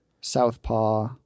Southpaw